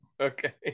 okay